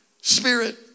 Spirit